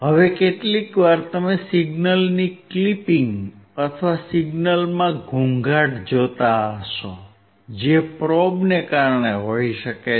હવે કેટલીકવાર તમે સિગ્નલની ક્લિપિંગ અથવા સિગ્નલમાં ઘોંઘાટ જોતા હશો જે પ્રોબ ને કારણે હોઈ શકે છે